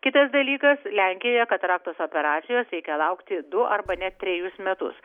kitas dalykas lenkijoje kataraktos operacijos reikia laukti du arba net trejus metus